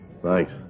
Thanks